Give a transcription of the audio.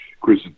chris